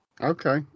Okay